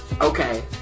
Okay